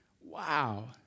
Wow